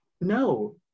no